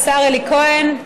השר אלי כהן,